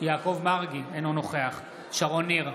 אינו נוכח שרון ניר,